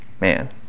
man